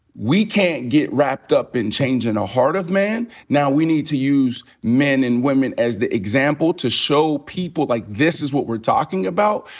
we can't get wrapped up in changin' the heart of man. now we need to use men and women as the example to show people, like, this is what we're talking about.